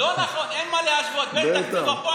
לא נכון, אין מה להשוות, בטח.